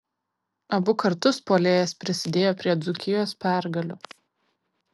abu kartus puolėjas prisidėjo prie dzūkijos pergalių